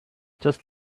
just